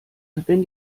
wenn